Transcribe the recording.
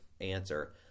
answer